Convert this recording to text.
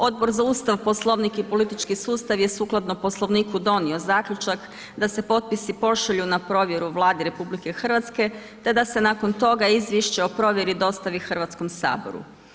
Odbor za Ustav, Poslovnik i politički sustav je sukladno Poslovniku donio zaključak da se potpisi pošalju na provjeru Vladi RH te da se nakon toga izvješće o provjeri dostavi Hrvatskom saboru.